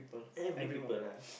every people lah